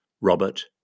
Robert